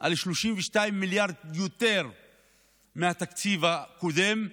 על 32 מיליארד יותר מהתקציב הקודם,